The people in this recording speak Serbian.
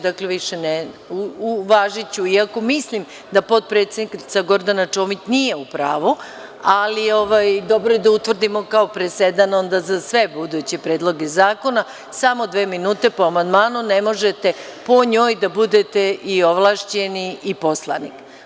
Dakle, uvažiću iako mislim da potpredsednica Gordana Čomić nije u pravu, ali dobro je da utvrdimo kao presedan onda za sve buduće predloge zakona, samo dve minute po amandmanu, ne možete po njoj da budete i ovlašćeni i poslanik.